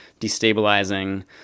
destabilizing